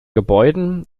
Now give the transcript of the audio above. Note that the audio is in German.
gebäuden